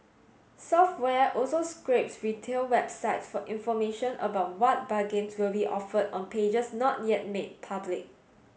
software also scrapes retail websites for information about what bargains will be offered on pages not yet made public